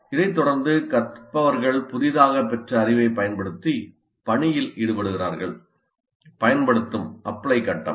இதை தொடர்ந்து கற்றவர்கள் புதிதாகப் பெற்ற அறிவைப் பயன்படுத்தி பணியில் ஈடுபடுகிறார்கள் பயன்படுத்தும் அப்ளை கட்டம்